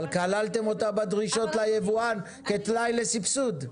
אבל כללתם אותה בדרישות ליבואן כתנאי לסבסוד.